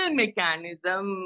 mechanism